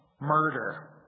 murder